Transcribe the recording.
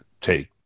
take